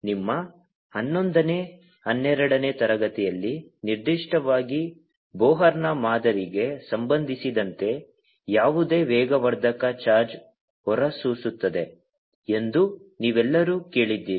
ನಿಮ್ಮ ಹನ್ನೊಂದನೇ ಹನ್ನೆರಡನೇ ತರಗತಿಯಲ್ಲಿ ನಿರ್ದಿಷ್ಟವಾಗಿ ಬೋರ್ನ ಮಾದರಿಗೆ ಸಂಬಂಧಿಸಿದಂತೆ ಯಾವುದೇ ವೇಗವರ್ಧಕ ಚಾರ್ಜ್ ಹೊರಸೂಸುತ್ತದೆ ಎಂದು ನೀವೆಲ್ಲರೂ ಕೇಳಿದ್ದೀರಿ